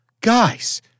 Guys